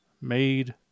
made